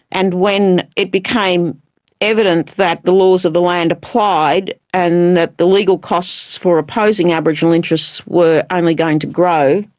and when it became evident that the laws of the land applied and that the legal costs for opposing aboriginal interests were only um ah going to grow,